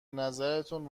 نظرتون